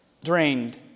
Drained